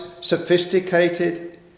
sophisticated